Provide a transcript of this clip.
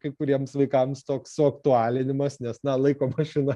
kai kuriems vaikams toks suaktualinimas nes na laiko mašina